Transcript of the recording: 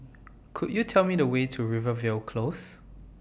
Could YOU Tell Me The Way to Rivervale Close